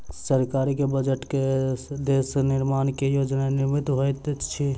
सरकार के बजट से देश निर्माण के योजना निर्मित होइत अछि